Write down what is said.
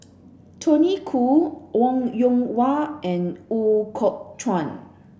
Tony Khoo Wong Yoon Wah and Ooi Kok Chuen